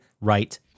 right